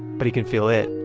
but he can feel it,